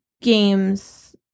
games